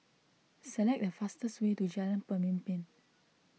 select the fastest way to Jalan Pemimpin